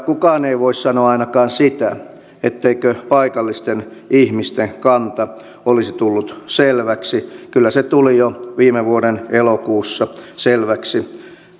kukaan ei voi sanoa ainakaan sitä etteikö paikallisten ihmisten kanta olisi tullut selväksi kyllä se tuli jo viime vuoden elokuussa selväksi